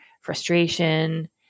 frustration